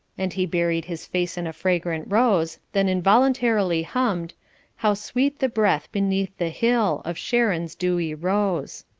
and he buried his face in a fragrant rose, then involuntarily hummed how sweet the breath beneath the hill. of sharon's dewy rose.